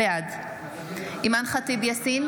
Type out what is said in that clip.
בעד אימאן ח'טיב יאסין,